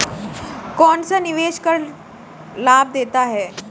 कौनसा निवेश कर लाभ देता है?